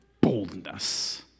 boldness